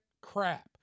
crap